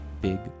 big